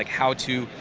like how to,